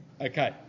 Okay